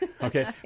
Okay